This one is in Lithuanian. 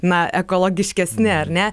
na ekologiškesni ar ne